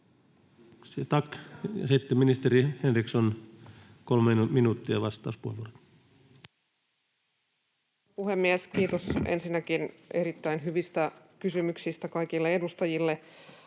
Sitten ministeri Henriksson, 3 minuuttia, vastauspuheenvuoro. Arvoisa puhemies! Kiitos ensinnäkin erittäin hyvistä kysymyksistä kaikille edustajille.